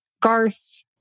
Garth